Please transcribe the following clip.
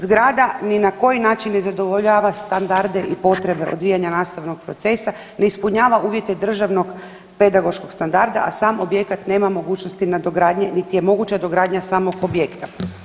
Zgrada ni na koji način ne zadovoljava standarde i potrebe odvijanja nastavnog procesa, ne ispunjava uvjete državnog pedagoškog standarda, a sam objekat nema mogućnosti nadogradnje niti je moguća dogradnja samog objekta.